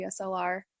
DSLR